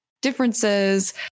differences